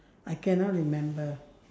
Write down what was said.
I cannot remember